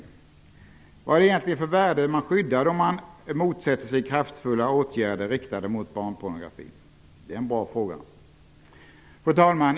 Vad är det egentligen för värde man skyddar då man motsätter sig kraftfulla åtgärder riktade mot barnpornografin? Det är en bra fråga. Fru talman!